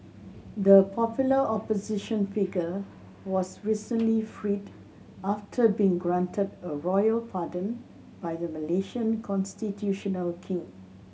the popular opposition figure was recently freed after being granted a royal pardon by the Malaysian constitutional king